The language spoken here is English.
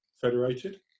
federated